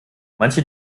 manche